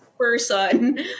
Person